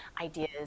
ideas